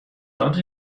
dat